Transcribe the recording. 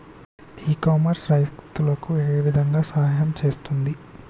ఇ commerce రైతులకు ఏ విధంగా సహాయం చేస్తుంది?